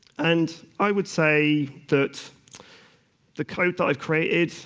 and i would say that the code that i've created,